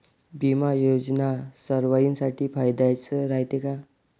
बिमा योजना सर्वाईसाठी फायद्याचं रायते का?